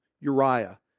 Uriah